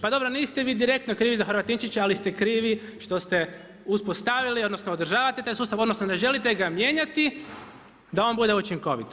Pa dobro, niste vi direktno krivi za Horvatinčića ali ste krivi što ste uspostavili odnosno održavate taj sustav, odnosno ne želite ga mijenjati da on bude učinkovit.